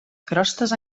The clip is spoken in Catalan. crostes